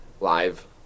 Live